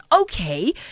Okay